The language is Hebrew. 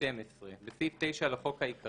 "תיקון סעיף 9 12. בסעיף 9 לחוק העיקרי,